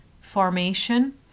formation